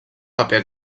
paper